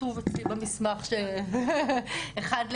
כתוב אצלי במסמך הזה אחד לאחד,